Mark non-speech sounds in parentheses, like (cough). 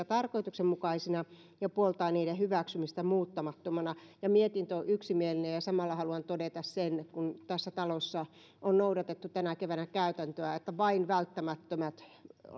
(unintelligible) tarkoituksenmukaisina ja puoltaa niiden hyväksymistä muuttamattomana mietintö on yksimielinen samalla haluan todeta sen kun tässä talossa on noudatettu tänä keväänä käytäntöä että vain välttämättömät